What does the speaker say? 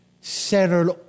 centered